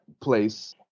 place